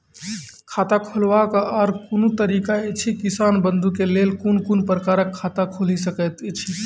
खाता खोलवाक आर कूनू तरीका ऐछि, किसान बंधु के लेल कून कून प्रकारक खाता खूलि सकैत ऐछि?